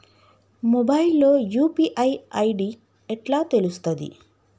Mobile లో UPI ID ఎట్లా తెలుస్తది?